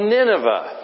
Nineveh